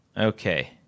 okay